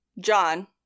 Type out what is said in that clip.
John